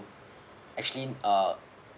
actually uh